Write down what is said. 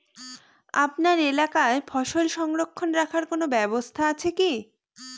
আপনার এলাকায় ফসল সংরক্ষণ রাখার কোন ব্যাবস্থা আছে কি?